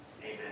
Amen